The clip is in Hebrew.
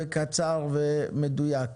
קצר ומדויק.